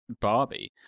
barbie